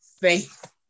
faith